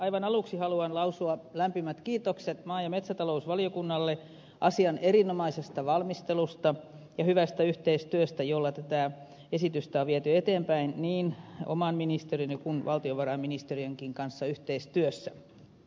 aivan aluksi haluan lausua lämpimät kiitokset maa ja metsätalousvaliokunnalle asian erinomaisesta valmistelusta ja hyvästä yhteistyöstä jolla tätä esitystä on viety eteenpäin niin oman ministeriöni kuin valtiovarainministeriönkin kanssa yhteistyössä